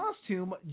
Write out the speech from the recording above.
costume